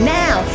now